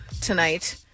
tonight